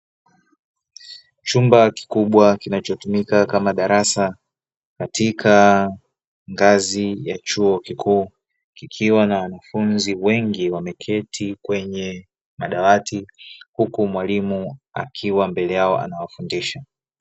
Chumba kikubwa kinachotumika kama darasa katika ngazi ya chuo kikuu, kikiwa na wanafunzi wengi wameketi kwenye madawati huku mwalimu akiwa mbele yao anawafundisha.